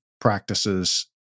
practices